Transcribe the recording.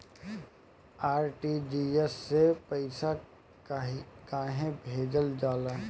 RTGS से पइसा कहे भेजल जाला?